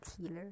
healer